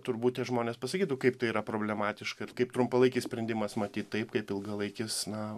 turbūt tie žmonės pasakytų kaip tai yra problematiška ir kaip trumpalaikis sprendimas matyt taip kaip ilgalaikis na